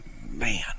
man